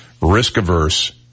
risk-averse